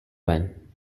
when